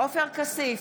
כץ,